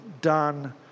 done